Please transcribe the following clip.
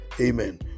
Amen